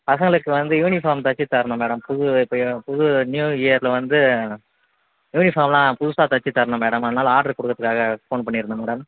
பசங்களுக்கு வந்து யூனிஃபார்ம் தைச்சித் தரணும் மேடம் புது இப்போயும் புது நியூ இயரில் வந்து யூனிஃபார்ம்லாம் புதுசாக தைச்சித் தரணும் மேடம் அதனால் ஆட்ரு கொடுக்கறதுக்காக ஃபோன் பண்ணிருந்தேன் மேடம்